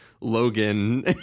Logan